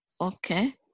okay